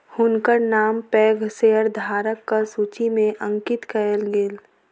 हुनकर नाम पैघ शेयरधारकक सूचि में अंकित कयल गेल